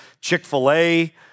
Chick-fil-A